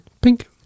Pink